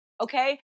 okay